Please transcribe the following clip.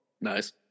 Nice